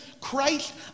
Christ